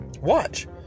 Watch